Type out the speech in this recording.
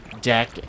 deck